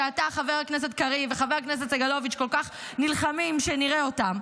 שאתם חבר הכנסת קריב וחבר הכנסת סגלוביץ' כל כך נלחמים שנראה אותם,